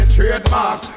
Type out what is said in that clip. Trademark